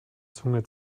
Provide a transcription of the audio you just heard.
zunge